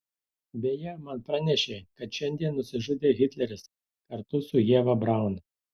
beje man pranešė kad šiandien nusižudė hitleris kartu su ieva braun